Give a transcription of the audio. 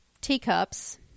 teacups